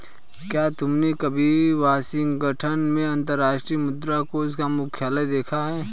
क्या तुमने कभी वाशिंगटन में अंतर्राष्ट्रीय मुद्रा कोष का मुख्यालय देखा है?